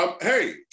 Hey